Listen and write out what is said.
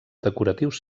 decoratius